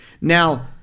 Now